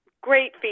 great